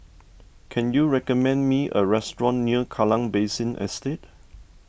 can you recommend me a restaurant near Kallang Basin Estate